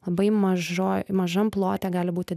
labai mažoj mažam plote gali būti